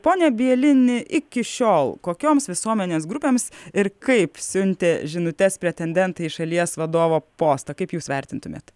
pone bielini iki šiol kokioms visuomenės grupėms ir kaip siuntė žinutes pretendentai į šalies vadovo postą kaip jūs vertintumėt